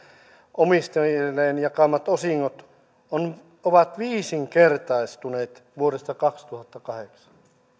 omistajilleen jakamat osingot ovat viisinkertaistuneet vuodesta kaksituhattakahdeksan